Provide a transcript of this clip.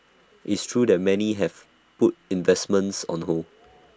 it's true that many have put investments on hold